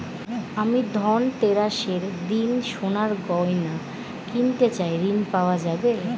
আমি ধনতেরাসের দিন সোনার গয়না কিনতে চাই ঝণ পাওয়া যাবে?